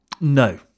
No